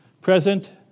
present